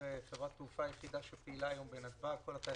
וחברים נוספים כאן שעוקבים בדריכות אחר כל הנושא